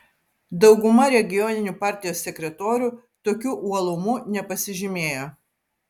dauguma regioninių partijos sekretorių tokiu uolumu nepasižymėjo